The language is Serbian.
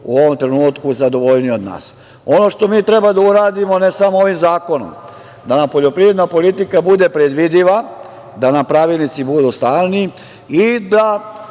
u ovom trenutku zadovoljniji od nas. Ono što mi treba da uradimo, ne samo ovim zakonom, da nam poljoprivredna politika bude predvidiva, da nam pravilnici budu stalni i da